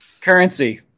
currency